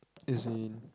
as in